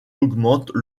augmente